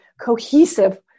cohesive